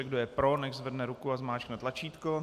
Kdo je pro, nechť zvedne ruku a zmáčkne tlačítko.